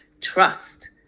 trust